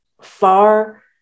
far